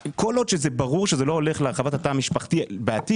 כל עוד שזה ברור שזה לא הולך להרחבת התא המשפחתי בעתיד,